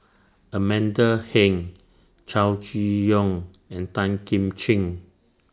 Amanda Heng Chow Chee Yong and Tan Kim Ching